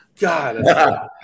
God